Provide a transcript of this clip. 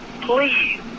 please